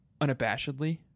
unabashedly